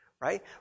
Right